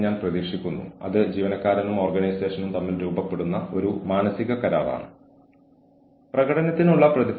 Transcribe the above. കൂടാതെ തങ്ങളുടെ ജീവനക്കാരെ നന്നായി പരിപാലിക്കുന്നുണ്ടെന്ന് സംഘടന കരുതുന്നു